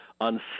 on